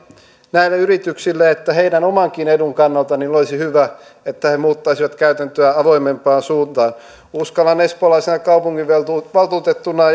näille yrityksille että heidän omankin etunsa kannalta olisi hyvä että he muuttaisivat käytäntöä avoimempaan suuntaan uskallan espoolaisena kaupunginvaltuutettuna